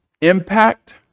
impact